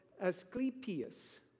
Asclepius